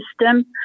system